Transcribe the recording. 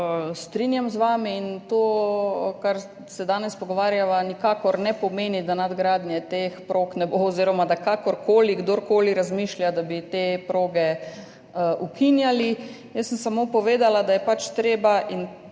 strinjam z vami in to, kar se danes pogovarjava, nikakor ne pomeni, da nadgradnje teh prog ne bo oziroma da kdor koli razmišlja, da bi te proge ukinjali. Jaz sem samo povedala, da je pač treba, in